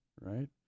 right